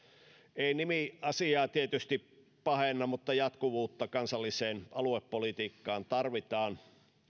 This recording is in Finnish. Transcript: ei nimi asiaa tietysti pahenna mutta jatkuvuutta kansalliseen aluepolitiikkaan tarvitaan